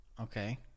Okay